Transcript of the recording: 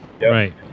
Right